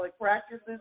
practices